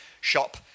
shop